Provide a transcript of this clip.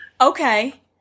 Okay